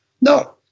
No